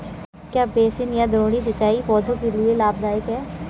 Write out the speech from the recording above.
क्या बेसिन या द्रोणी सिंचाई पौधों के लिए लाभदायक है?